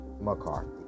McCarthy